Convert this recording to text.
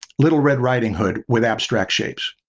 little red riding hood with abstract shapes.